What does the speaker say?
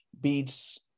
beats